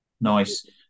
Nice